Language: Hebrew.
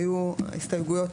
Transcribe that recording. היו הסתייגויות.